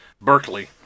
Berkeley